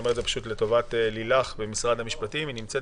נירית ממשרד המשפטים נמצאת